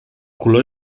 color